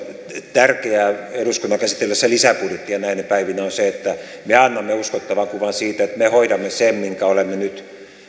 tärkeää eduskunnan käsitellessä lisäbudjettia näinä päivinä on se että me annamme uskottavan kuvan siitä että me hoidamme sen mistä olemme nyt